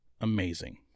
Amazing